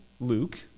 Luke